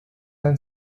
and